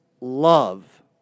love